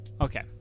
Okay